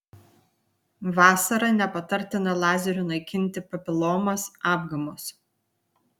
vasarą nepatartina lazeriu naikinti papilomas apgamus